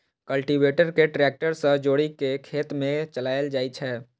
cultivator कें tractor सं जोड़ि कें खेत मे चलाएल जाइ छै